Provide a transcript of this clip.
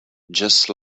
just